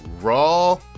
raw